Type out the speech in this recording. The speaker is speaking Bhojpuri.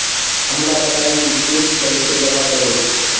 हम का बताई की किस्त कईसे जमा करेम?